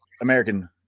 American